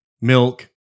milk